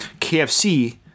KFC